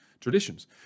traditions